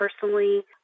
personally